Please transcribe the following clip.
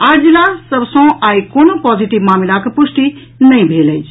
आठ जिला सभ सँ आई कोनो पॉजिटिव मामिलाक पुष्टि नहि भेल अछि